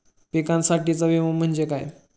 पिकांसाठीचा विमा म्हणजे काय?